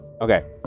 Okay